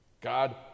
God